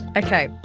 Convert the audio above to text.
okay,